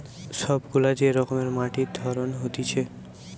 সব গুলা যে রকমের মাটির ধরন হতিছে